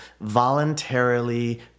voluntarily